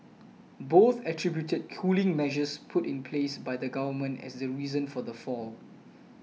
both attributed cooling measures put in place by the government as the reason for the fall